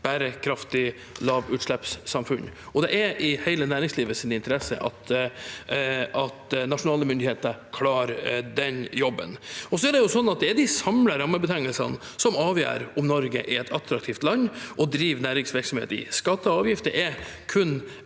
bærekraftig lavutslippssamfunn. Og det er i hele næringslivets interesse at nasjonale myndigheter klarer den jobben. Så er det de samlede rammebetingelsene som avgjør om Norge er et attraktivt land å drive næringsvirksomhet i. Skatter og avgifter